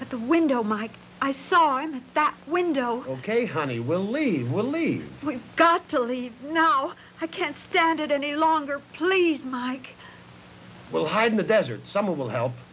the window mike i saw in that window ok honey we'll leave we'll leave we got to leave now i can't stand it any longer please mike will hide in the desert some will help